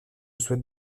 souhaite